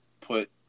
Put